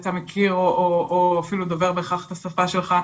שאתה מכיר או אפילו דובר בהכרח את השפה שלך.